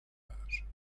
hommage